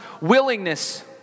willingness